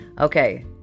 Okay